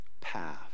path